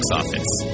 office